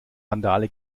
randale